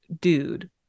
dude